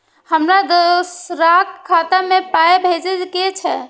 हमरा दोसराक खाता मे पाय भेजे के छै?